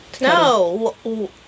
No